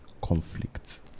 conflict